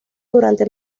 durante